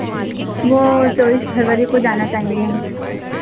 वह चौबीस फरवरी को जाना चाहेंगे हम